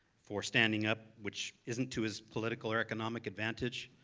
for standing up, which isn't to his political or economic advantage,